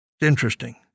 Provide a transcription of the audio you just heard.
Interesting